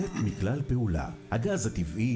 ג'יסר א-זרקא,